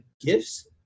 gifts